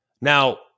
Now